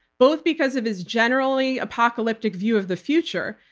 both because of his generally apocalyptic view of the future,